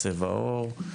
צבע אור,